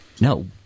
no